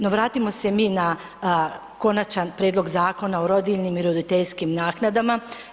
No, vratimo se mi na konačan prijedlog Zakona o rodiljnim i roditeljskim naknadama.